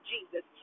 Jesus